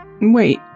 Wait